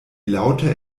laute